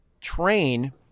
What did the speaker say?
train